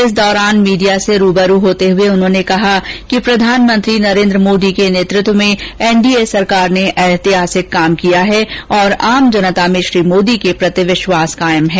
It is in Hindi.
इस दौरान मीडिया से रूबरू होते हुए उन्होंने कहा कि प्रधानमंत्री नरेन्द्र मोदी के नेतृत्व में एनडीए सरकार ने ऐतिहासिक काम किया है और आम जनता में श्री मोदी के प्रति विश्वास कायम है